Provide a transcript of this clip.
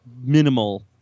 minimal